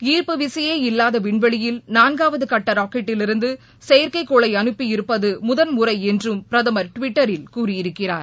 ஈர்ப்பு விசையே இல்லாத விண்வெளியில் நான்காவது கட்ட ராக்கெட்டிலிருந்து செயற்கைக்கோளை அனுப்பியிருப்பது முதன்முறை என்றும் பிரதமர் டிவிட்டரில் கூறியிருக்கிறார்